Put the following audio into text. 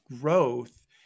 growth